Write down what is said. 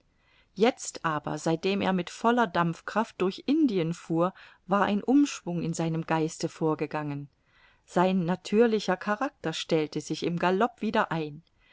jetzt aber seitdem er mit voller dampfkraft durch indien fuhr war ein umschwung in seinem geiste vorgegangen sein natürlicher charakter stellte sich im galop wieder ein